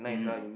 mm